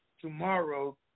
tomorrow